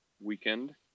weekend